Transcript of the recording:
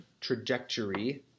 trajectory